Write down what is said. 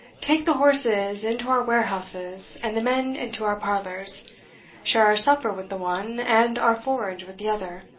take the horses into our warehouses, and the men into our parlours share our supper with the one, and our forage with the other.